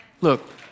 Look